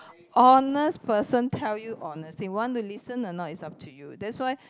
honest person tell you honestly want to listen or not is up to you that's why